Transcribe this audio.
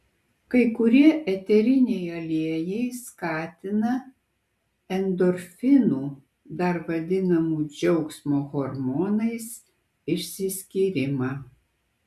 kai kurie eteriniai aliejai skatina endorfinų dar vadinamų džiaugsmo hormonais išsiskyrimą